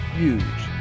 huge